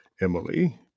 Emily